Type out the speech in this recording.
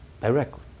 directly